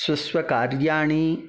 सुस्वकार्याणि